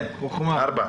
כן פסקה (4).